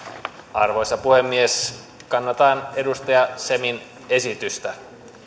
arvoisa puhemies kannatan edustaja semin esitystä